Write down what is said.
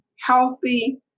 healthy